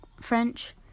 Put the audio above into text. French